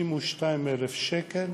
52,000 שקל,